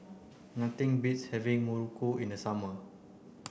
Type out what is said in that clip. nothing beats having Muruku in the summer